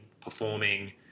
performing